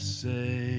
say